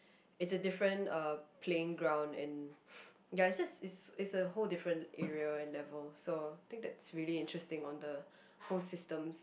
it's a different uh playing ground and ya it just it's a whole different area and level so I think that's really interesting on the whole system